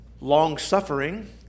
long-suffering